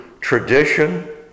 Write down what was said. tradition